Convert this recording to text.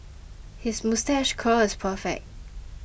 his moustache curl is perfect